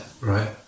right